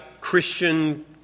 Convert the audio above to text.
Christian